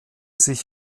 sich